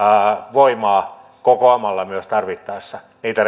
voimaa kokoamalla myös tarvittaessa niitä